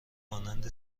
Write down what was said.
مانند